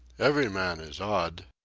every man is odd.